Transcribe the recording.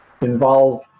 involve